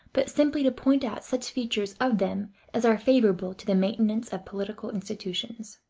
but simply to point out such features of them as are favorable to the maintenance of political institutions.